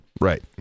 Right